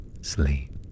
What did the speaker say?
sleep